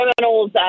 criminals